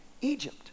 Egypt